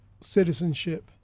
citizenship